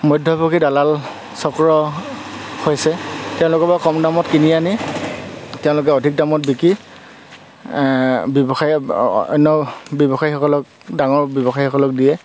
মধ্যভোগী দালাল চক্ৰ হৈছে তেওঁলোকৰ পৰা কম দামত কিনি আনি তেওঁলোকে অধিক দামত বিকি ব্যৱসায় অন্য ব্যৱসায়ীসকলক ডাঙৰ ব্যৱসায়ীসকলক দিয়ে